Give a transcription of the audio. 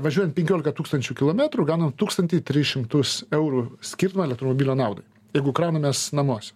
važiuojant penkiolika tūkstančių kilometrų gaunam tūkstantį tris šimtus eurų skirtumą elektromobilio naudai jeigu kraunamės namuose